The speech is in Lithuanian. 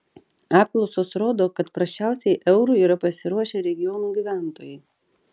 apklausos rodo kad prasčiausiai eurui yra pasiruošę regionų gyventojai